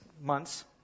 months